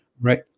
Right